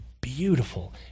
beautiful